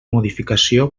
modificació